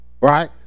right